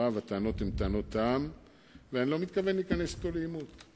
הטענות הן טענות טעם ואני לא מתכוון להיכנס אתו לעימות.